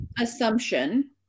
assumption